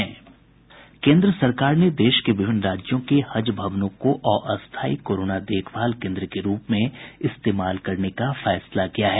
केन्द्र सरकार ने देश के विभिन्न राज्यों के हज भवनों को अस्थायी कोरोना देखभाल केन्द्र के रूप में इस्तेमाल करने का फैसला किया है